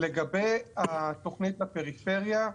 לגבי התוכנית לפריפריה,